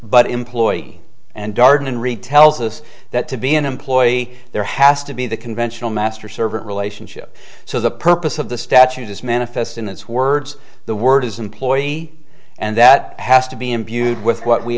but employee and darden read tells us that to be an employee there has to be the conventional master servant relationship so the purpose of the statute is manifest in its words the word is employee and that has to be imbued with what we